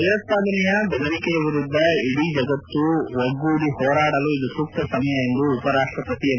ಭಯೋತ್ವಾದನೆಯ ಬೆದರಿಕೆಯ ಎರುದ್ದ ಇಡೀ ಜಗತ್ತು ಒಗ್ಗೂಡಿ ಹೋರಾಡಲು ಇದು ಸೂಕ್ತ ಸಮಯ ಎಂದು ಉಪರಾಷ್ಟಪತಿ ಎಂ